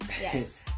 yes